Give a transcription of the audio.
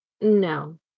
No